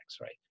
Right